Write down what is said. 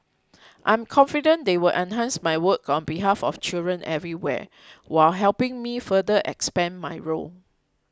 I am confident they will enhance my work on behalf of children everywhere while helping me further expand my role